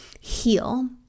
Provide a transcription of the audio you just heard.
heal